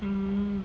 mm